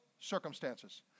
circumstances